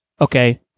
okay